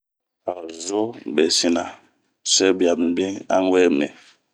Aho zoo be sina, sɛbia mibn a un we minh.